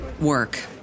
work